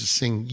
sing